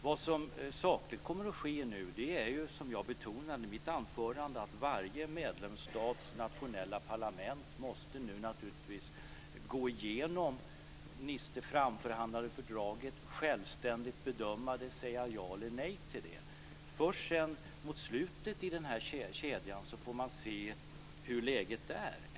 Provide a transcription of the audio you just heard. Det som nu sakligt kommer att ske är - som jag betonade i mitt anförande - att varje medlemsstats nationella parlament måste gå igenom det framförhandlade fördraget, självständigt bedöma det och säga ja eller nej till det. Först mot slutet av kedjan får man se hur läget är.